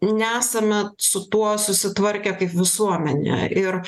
nesame su tuo susitvarkę kaip visuomenė ir